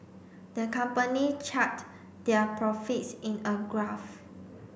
the company chart their profits in a graph